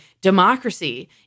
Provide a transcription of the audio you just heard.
democracy